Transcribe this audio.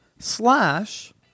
slash